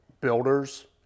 builders